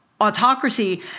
autocracy